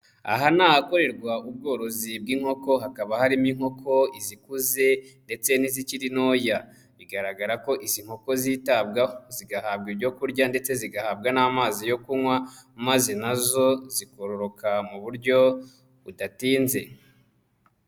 Aha ni ahakorerwa ubworozi bw'inkoko, hakaba harimo inkoko izikuze ndetse n'izikiri ntoya, bigaragara ko izi nkoko zitabwaho, zigahabwa ibyo kurya ndetse zigahabwa n'amazi yo kunywa maze na zo zikororoka mu buryo budatinze.